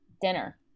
Dinner